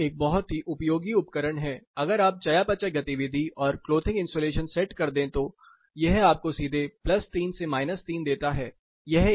यह एक बहुत ही उपयोगी उपकरण है अगर आप चयापचय गतिविधि और क्लोथिंग इन्सुलेशन सेट कर दे तो यह आपको सीधे 3 से 3 देता है